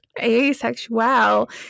asexual